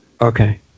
Okay